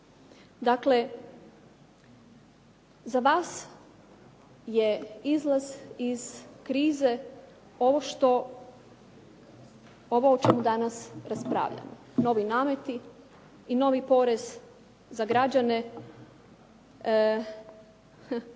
Dakle, za vas je izlaz iz krize ovo o čemu danas raspravljamo, novi nameti i novi porez za građane.